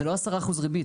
זה לא 10% ריבית,